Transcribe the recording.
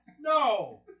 No